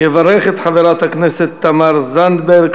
יברך את חברת הכנסת תמר זנדברג,